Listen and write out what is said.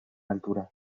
altura